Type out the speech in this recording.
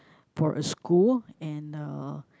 for a school and uh